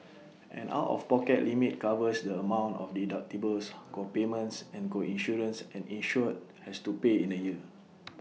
an out of pocket limit covers the amount of deductibles co payments and co insurance an insured has to pay in A year